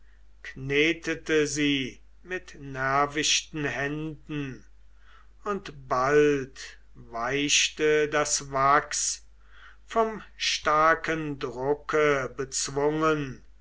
knetete sie mit nervichten händen und bald weichte das wachs vom starken drucke bezwungen